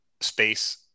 space